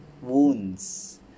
wounds